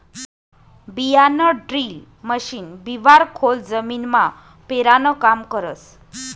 बियाणंड्रील मशीन बिवारं खोल जमीनमा पेरानं काम करस